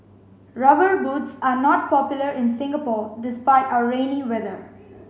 rubber boots are not popular in Singapore despite our rainy weather